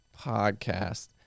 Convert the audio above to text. podcast